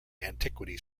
antiquity